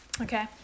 Okay